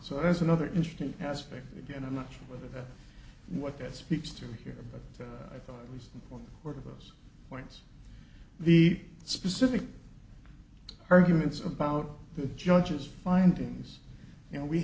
so that's another interesting aspect again i'm not sure whether that what that speaks to here but i thought it was one of those points the specific arguments about the judge's findings y